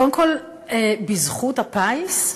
קודם כול, "בזכות הפיס"?